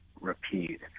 repeat